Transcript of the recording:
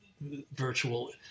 virtual